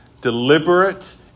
deliberate